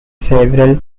several